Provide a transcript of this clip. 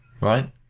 right